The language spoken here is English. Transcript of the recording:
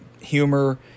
humor